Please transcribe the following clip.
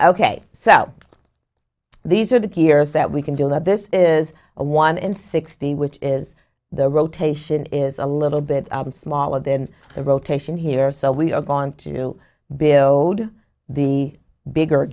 ok so these are the two years that we can do that this is a one in sixty which is the rotation is a little bit smaller than the rotation here so we are gong to build the bigger